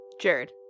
Jared